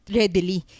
readily